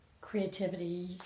creativity